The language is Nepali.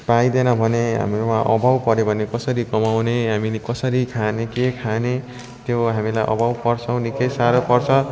पाइदिएन भने हाम्रोमा अभाव पर्यो भने कसरी कमाउने हामीले कसरी खाने के खाने त्यो हामीलाई अभाव पर्छ निक्कै साह्रो पर्छ